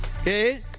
okay